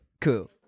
Cool